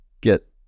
get